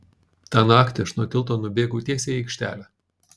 tą naktį aš nuo tilto nubėgau tiesiai į aikštelę